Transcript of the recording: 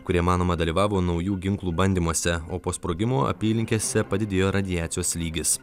kurie manoma dalyvavo naujų ginklų bandymuose o po sprogimo apylinkėse padidėjo radiacijos lygis